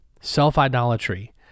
self-idolatry